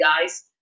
guys